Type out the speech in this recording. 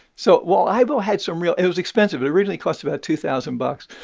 so while aibo had some real it was expensive. it originally cost about two thousand bucks.